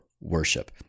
worship